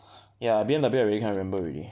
ya B_M_W I really can't remember already